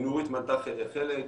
ונורית מנתה חלק,